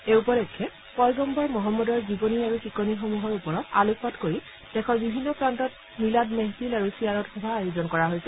এই উপলক্ষে পয়গম্বৰ মহম্মদৰ জীৱনী আৰু শিকনিসমূহৰ ওপৰত আলোকপাত কৰি দেশৰ বিভিন্ন প্ৰান্তত মিলাড মেহফিল আৰু চিয়াৰৎ সভা আয়োজন কৰা হৈছে